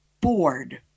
bored